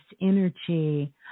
energy